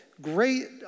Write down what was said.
great